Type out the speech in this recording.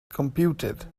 computed